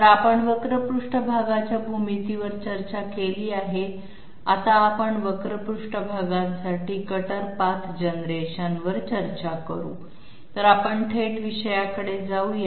तर आपण वक्र पृष्ठभागाच्या भूमितीवर चर्चा केली आहे आता आपण वक्र पृष्ठभागांसाठी कटर पाथ जनरेशनवर चर्चा करू तर आपण थेट विषयाकडे जाऊ या